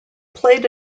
played